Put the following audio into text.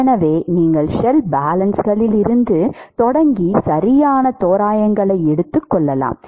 எனவே நீங்கள் ஷெல் பேலன்ஸ்களில் இருந்து தொடங்கி சரியான தோராயங்களை எடுத்துக் கொள்ளலாம்